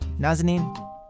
Nazanin